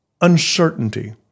uncertainty